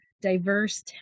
diverse